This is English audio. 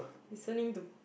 listening to